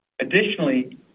Additionally